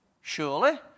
Surely